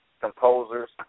composers